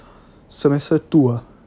semester two ah